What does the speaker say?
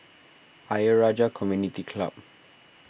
Ayer Rajah Community Club